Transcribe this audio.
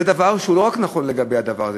זה דבר נכון לא רק לגבי העניין הזה.